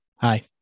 Hi